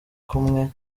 kumwe